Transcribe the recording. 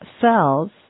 cells